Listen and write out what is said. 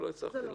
לא הצלחתי להבין.